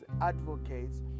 advocates